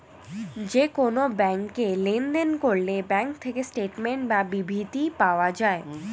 যে কোন ব্যাংকে লেনদেন করলে ব্যাঙ্ক থেকে স্টেটমেন্টস বা বিবৃতি পাওয়া যায়